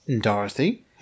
Dorothy